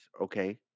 Okay